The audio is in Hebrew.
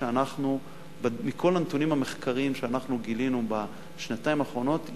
מכל הנתונים המחקריים שאנחנו גילינו בשנתיים האחרונות,